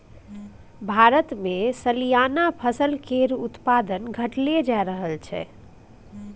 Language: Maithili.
भारतमे सलियाना फसल केर उत्पादन घटले जा रहल छै